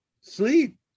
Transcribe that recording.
sleep